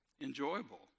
enjoyable